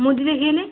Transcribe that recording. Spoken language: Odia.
ମୁଦି ଦେଖାଇଲେ